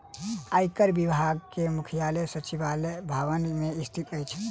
आयकर विभाग के मुख्यालय सचिवालय भवन मे स्थित अछि